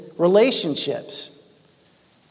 relationships